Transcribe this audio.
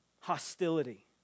hostility